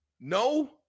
no